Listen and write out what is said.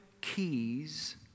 keys